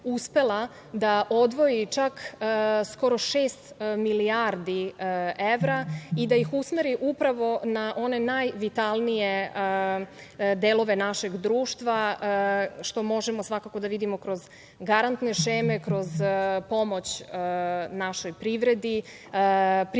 da odvoji čak skoro šest milijardi evra i da ih usmeri upravo na one najvitalnije delove našeg društva, što možemo svakako da vidimo kroz garantne šeme, kroz pomoć našoj privredi, privatnom